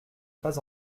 pas